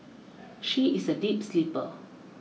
she is a deep sleeper